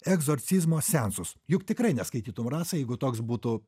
egzorcizmo seansus juk tikrai neskaitytum rasa jeigu toks būtų